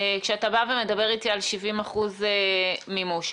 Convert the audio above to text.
כשאתה מדבר איתי על 70% מימוש.